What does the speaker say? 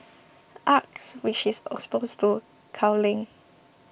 acres which is opposed to culling